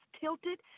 tilted